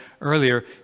earlier